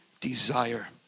desire